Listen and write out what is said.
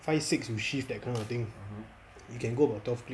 five six to shift that kind of thing you can go about twelve click